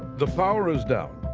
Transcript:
the power is down,